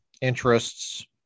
interests